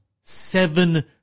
seven